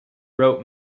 wrote